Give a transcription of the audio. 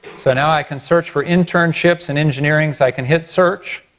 so now i can search for internships in engineering. so i can hit search,